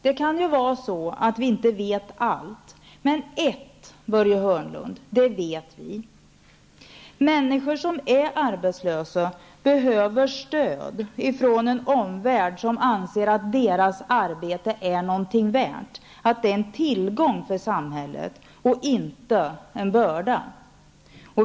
Det kan ju vara så att vi inte vet allt, men ett vet vi: Människor som är arbetslösa behöver stöd från en omvärld som anser att deras arbete är någonting värt, att det är en tillgång för samhället och inte en börda.